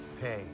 pay